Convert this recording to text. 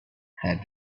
had